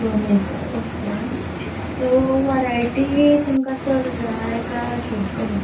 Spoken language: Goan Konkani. नॉन वेज जाय ओके सो वरायटी तुमकां चड जाय काय अशी कमी